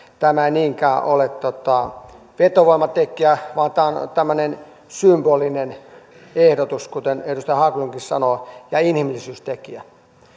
tämä ei niinkään ole vetovoimatekijä vaan tämä on tämmöinen symbolinen ehdotus kuten edustaja haglundkin sanoo ja inhimillisyystekijä